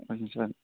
ஓகேங்க சார்